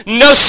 no